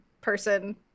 person